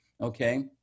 okay